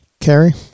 Carrie